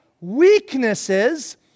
weaknesses